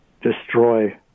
destroy